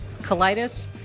colitis